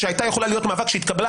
שהייתה יכולה להיות מאבק בגזענות,